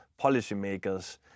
policymakers